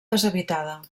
deshabitada